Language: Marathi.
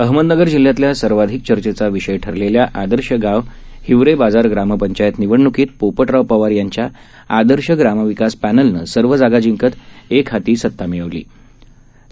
अहमदनगरजिल्ह्यातल्यासर्वाधिकचर्चेचाविषयठरलेल्याआदर्शगावहिवरेबाजारग्रामपंचायतनिवडणूकीतपो पटरावपवारयांच्याआदर्शग्रामविकासपॅनलनंसर्वजागाजिंकतएकहातीसत्तामिळवलीआहे